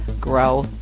grow